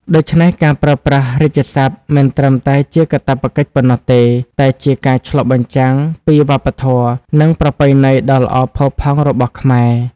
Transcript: ដូច្នេះ ការប្រើប្រាស់រាជសព្ទមិនត្រឹមតែជាកាតព្វកិច្ចប៉ុណ្ណោះទេ តែជាការឆ្លុះបញ្ចាំងពីវប្បធម៌ និងប្រពៃណីដ៏ល្អផូរផង់របស់ខ្មែរ។